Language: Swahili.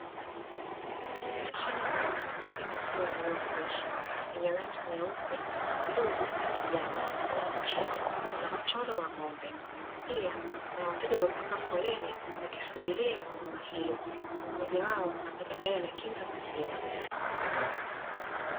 Mashine maalumu ya kuuzia maziwa yaliyofreshi yenye rangi nyeupe, bluu na kijani na kwa chini kuna mchoro wa ng'ombe. Pia kuna wateja wamepanga foleni wakisubiria huduma hiyo, huku mmoja wao akiwa tayari anakinga maziwa.